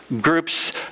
groups